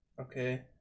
Okay